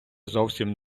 зовсім